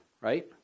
right